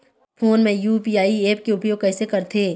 Phone मे UPI app के उपयोग कइसे करथे?